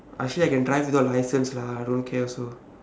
actually I can drive without license lah I don't care also